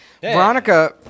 Veronica